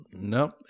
nope